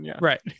right